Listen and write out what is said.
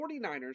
49ers